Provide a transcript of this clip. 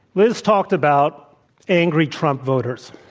liz talked about angry trump voters.